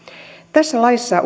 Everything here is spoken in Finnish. tässä laissa